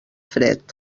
fred